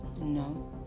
no